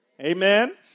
Amen